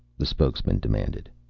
the spokesman demanded.